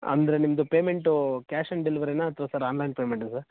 ಅಂದರೆ ನಿಮ್ಮದು payment cash on ಡೆಲ್ವರಿನ ಅಥ್ವಾ ಆನ್ಲೈನ್ ಪೇಮೆಂಟ ಸರ್